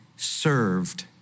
served